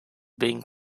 being